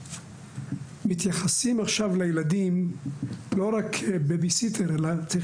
מתייחסים עכשיו לילדים לא רק כבייבי-סיטר אלא צריך